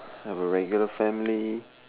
have a regular family